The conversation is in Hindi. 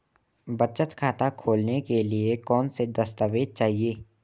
बचत खाता खोलने के लिए कौनसे दस्तावेज़ चाहिए?